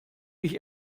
mich